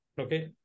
okay